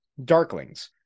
darklings